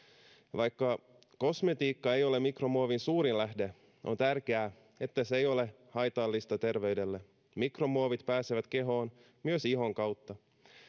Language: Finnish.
vaikka kosmetiikka ei ole mikromuovin suurin lähde on tärkeää että se ei ole haitallista terveydelle mikromuovit pääsevät kehoon myös ihon kautta